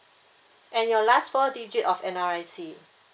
and your last four digit of N_R_I_C